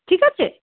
ঠিক আছে